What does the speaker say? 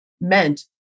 meant